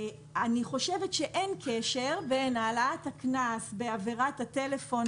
אני חושבת שאין קשר בין העלאת גובה הקנס בעבירת הטלפון